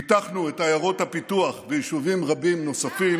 פיתחנו את עיירות הפיתוח ויישובים רבים נוספים